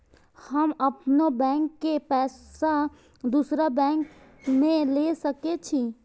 हम अपनों बैंक के पैसा दुसरा बैंक में ले सके छी?